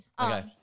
Okay